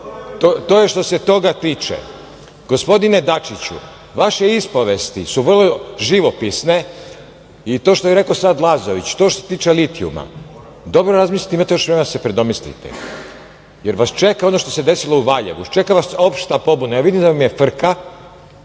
To je što se toga tiče. Gospodine Dačiću, vaše ispovesti su vrlo živopisne i to što je rekao sad Lazović, to što se tiče litijuma, dobro razmislite, imate još vremena da se predomislite, jer vas čeka ono što se desilo u Valjevu. Čeka vas opšta pobuna. Vidim da vam je frka.